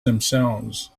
themselves